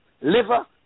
liver